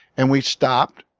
and we stopped.